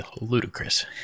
ludicrous